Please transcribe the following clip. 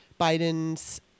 Biden's